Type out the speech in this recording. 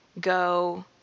go